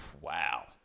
wow